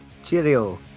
Cheerio